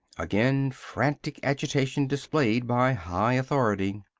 again, frantic agitation displayed by high authority.